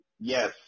Yes